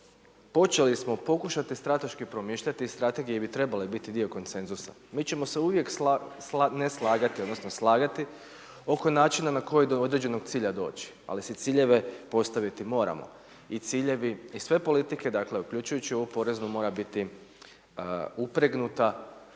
počeli smo pokušati strateški promišljati i strategije bi trebale biti dio konsenzusa. Mi ćemo se uvijek ne slagati, odnosno slagati oko način na koji do određenog cilja doći ali se ciljeve postaviti moramo i sve politike uključujući ovu poreznu, mora biti upregnuta